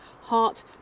heart